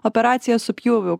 operacija su pjūviu